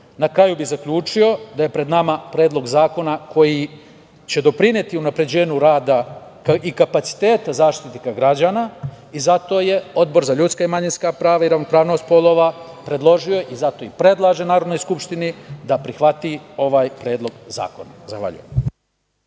kraju bih zaključio da je pred nama Predlog zakona koji će doprineti unapređenju rada i kapaciteta Zaštitnika građana i zato je Odbor za ljudska i manjinska prava i ravnopravnost polova predložio i zato i predlaže Narodnoj skupštini da prihvati ovaj Predlog zakona. Zahvaljujem.